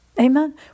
Amen